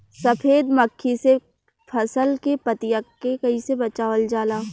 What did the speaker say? सफेद मक्खी से फसल के पतिया के कइसे बचावल जाला?